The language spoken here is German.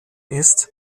ist